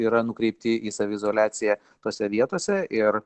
yra nukreipti į saviizoliaciją tose vietose ir